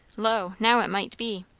lo, now it might be.